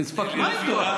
מה איתו?